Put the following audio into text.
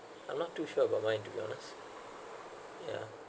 I'm not too sure about mine to be honest yeah